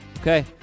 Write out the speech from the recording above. Okay